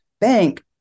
bank